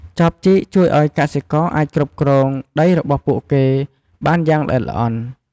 ចបជីកជួយឱ្យកសិករអាចគ្រប់គ្រងដីរបស់ពួកគេបានយ៉ាងល្អិតល្អន់។